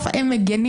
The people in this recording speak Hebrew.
זה לא אני לא קיבלתי,